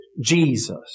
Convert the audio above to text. Jesus